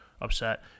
upset